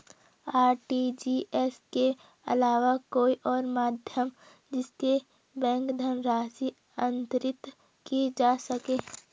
RTGS के अलावा कोई और माध्यम जिससे बैंक धनराशि अंतरित की जा सके?